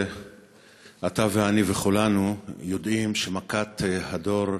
אתה ואני וכולנו יודעים שמכת הדור,